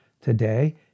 today